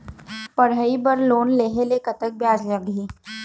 पढ़ई बर लोन लेहे ले कतक ब्याज लगही?